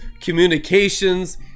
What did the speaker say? communications